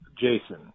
Jason